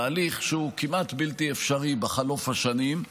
תהליך שהוא כמעט בלתי אפשרי בחלוף השנים,